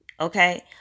Okay